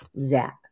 zap